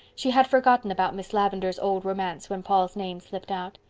she had forgotten about miss lavendar's old romance when paul's name slipped out.